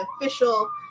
official